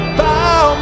bow